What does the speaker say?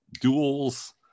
Duels